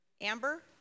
Amber